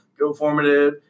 GoFormative